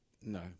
No